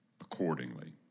accordingly